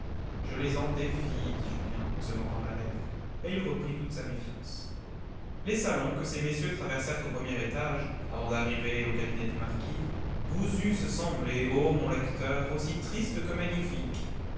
je les en défie dit julien en se mordant la lèvre et il reprit toute sa méfiance les salons que ces messieurs traversèrent au premier étage avant d'arriver au cabinet du marquis vous eussent semblé ô mon lecteur aussi tristes que magnifiques